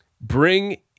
Bring